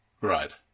Right